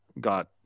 got